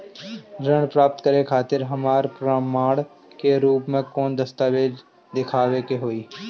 ऋण प्राप्त करे खातिर हमरा प्रमाण के रूप में कौन दस्तावेज़ दिखावे के होई?